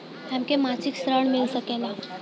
हमके मासिक ऋण मिल सकेला?